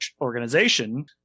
organization